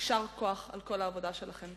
יישר כוח על כל העבודה שלכם.